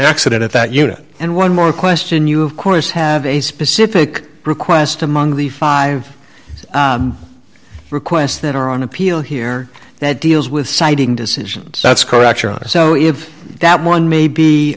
accident at that unit and one more question you course have a specific request among the five requests that are on appeal here that deals with siting decisions that's correct so if that one may be